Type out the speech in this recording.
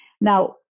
Now